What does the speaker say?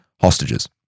hostages